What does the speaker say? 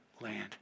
land